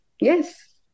yes